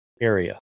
area